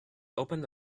opened